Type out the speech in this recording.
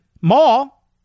Mall